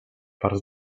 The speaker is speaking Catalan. parts